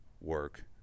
work